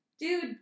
Dude